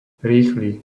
rýchly